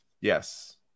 Yes